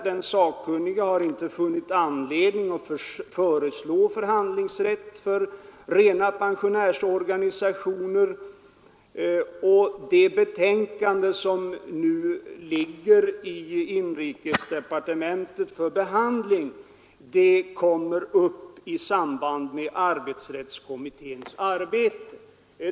Den sakkunnige har inte funnit anledning att föreslå förhandlingsrätt för rena pensionärsorganisationer, och det betänkande som nu ligger i inrikesdepartementet för behandling kommer att tas upp i samband med resultatet av arbetsrättskommitténs arbete.